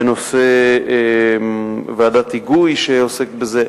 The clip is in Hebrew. בנושא ועדת היגוי שעוסקת בזה.